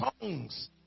songs